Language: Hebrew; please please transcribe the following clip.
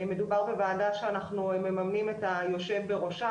מדובר בוועדה שאנחנו מממנים את היושב בראשה,